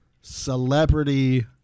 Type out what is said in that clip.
celebrity